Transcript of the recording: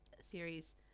series